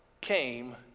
came